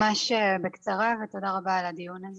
שלום, ממש בקצרה ותודה רבה על הדיון הזה.